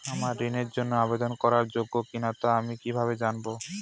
আমি ঋণের জন্য আবেদন করার যোগ্য কিনা তা আমি কীভাবে জানব?